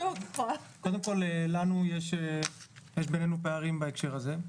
קודם כול יש בינינו פערים בהקשר הזה.